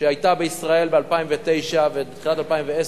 שהיתה בישראל ב-2009 ובתחילת 2010,